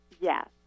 Yes